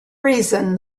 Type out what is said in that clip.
reason